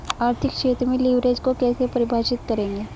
आर्थिक क्षेत्र में लिवरेज को कैसे परिभाषित करेंगे?